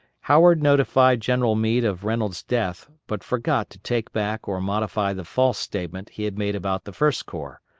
howard notified general meade of reynolds' death, but forgot to take back or modify the false statement he had made about the first corps,